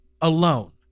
alone